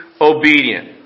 obedient